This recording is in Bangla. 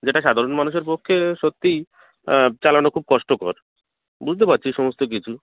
যেটা সাধারণ মানুষের পক্ষে সত্যিই চালানো খুব কষ্টকর বুঝতে পারছি সমস্ত কিছু